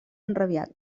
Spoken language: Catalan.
enrabiat